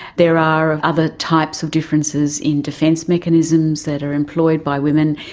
there are other types of differences in defence mechanisms that are employed by women,